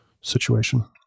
situation